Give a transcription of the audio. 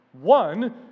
One